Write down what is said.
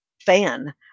fan